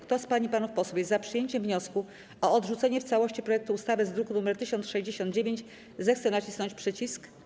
Kto z pań i panów posłów jest za przyjęciem wniosku o odrzucenie w całości projektu ustawy z druku nr 1069, zechce nacisnąć przycisk.